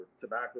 tobacco